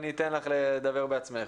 בבקשה.